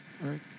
right